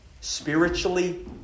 Spiritually